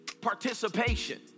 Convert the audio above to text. participation